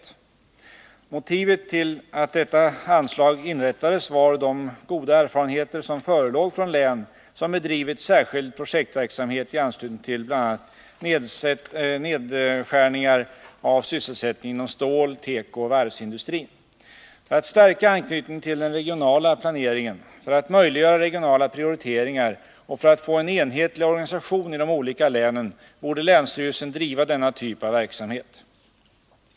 Motivet till att detta anslag inrättades var de goda erfarenheter som förelåg från län som bedrivit särskild projektverksamhet i anslutning till bl.a. nedskärningar av sysselsättningen inom stål-, tekooch varvsindustrin. För att stärka anknytningen till den regionala planeringen, för att möjliggöra regionala prioriteringar och för att få en enhetlig organisation i de olika länen borde länsstyrelsen driva denna typ av verksamhet.